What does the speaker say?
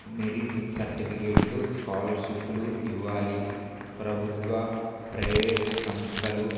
merit సర్టిఫికేట్లు స్కాలర్షిప్లు ఇవ్వాలి ప్రభుత్వ ప్రైవేట్ సంస్థలు